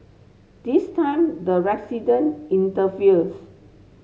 this time the resident intervenes